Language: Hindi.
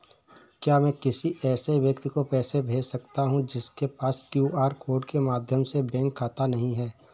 क्या मैं किसी ऐसे व्यक्ति को पैसे भेज सकता हूँ जिसके पास क्यू.आर कोड के माध्यम से बैंक खाता नहीं है?